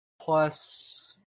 plus